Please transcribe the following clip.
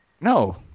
no